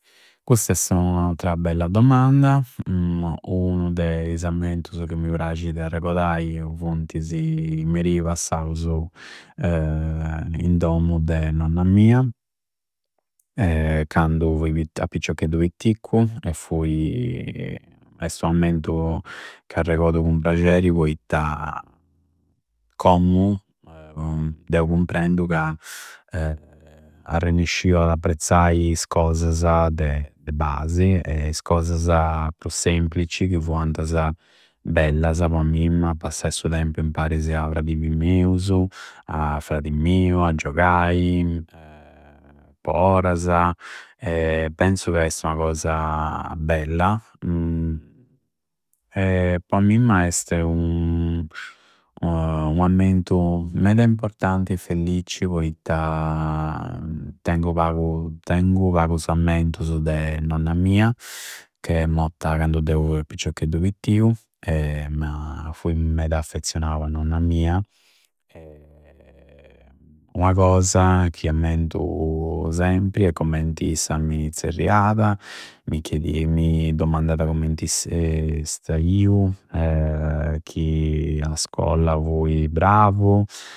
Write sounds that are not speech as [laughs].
Custa esti u'attra bella domanda! Unu de is'ammentusu chi mi prascidi arregodai funtisi i meri passausu [hesitation] in dommu de nonna mia. [hesitation] Candu fui a piccioccheddu pitticcu e fui [laughs] esti unu ammentu ca arregodu cun prasceri poitta commu [hesitation] deu cumprendu ca [hesitation] arrennesciu ad apprezzai is cosasa de basi e is cosasa prus semplici chiu fuantasa bellasa po a mimma. Passai su tempu imparisi a is fradibi miusu a fradi miu a giugai [hesitation] po orasa. [hesitation] Penzu ca esti ua cosa bella [hesitation] po a mimma este u [hesitation] unu ammetu meda importanti e fellicci poitta [hesitation] tengu pagu, tengu pagusu ammentusu de nonna mia che è motta cadu deu a piccioccheddu pittiu, me fui meda affezionau a nonna mia. [hesitation] Ua cosa chi ammentu sempri è commenti issa mi zerriada, mi chiedia, mi domandada commenti is, istaiu [hesitation] chi a scolla fui bravu.